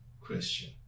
Christian